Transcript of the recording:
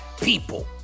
people